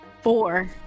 Four